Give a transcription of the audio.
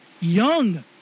Young